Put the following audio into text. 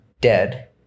Dead